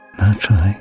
naturally